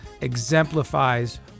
exemplifies